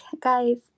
guys